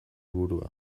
burua